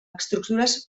estructures